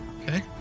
Okay